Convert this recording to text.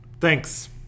thanks